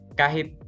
kahit